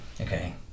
okay